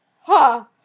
ha